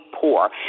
poor